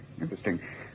interesting